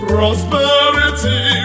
Prosperity